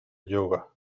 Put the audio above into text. yoga